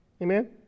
Amen